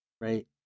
right